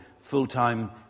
full-time